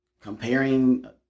comparing